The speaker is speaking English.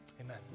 Amen